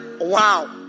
wow